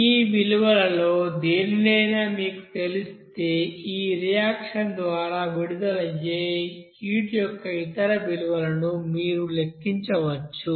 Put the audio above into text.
ఈ విలువలలో దేనినైనా మీకు తెలిస్తే ఈ రియాక్షన్ ద్వారా విడుదలయ్యే హీట్ యొక్క ఇతర విలువను మీరు లెక్కించవచ్చు